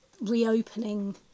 reopening